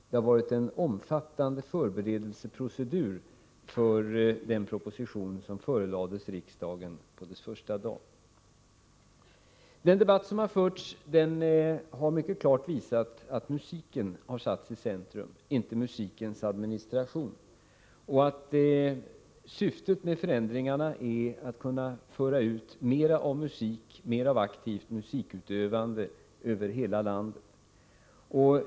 Det har varit en omfattande förberedelseprocedur till den proposition som förelades detta riksmöte första dagen. Den debatt som förts har mycket klart visat att musiken har satts i centrum, inte musikens administration, och att syftet med förändringarna är att kunna föra ut mer musik och mer aktivt musikutövande över hela landet.